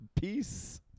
Peace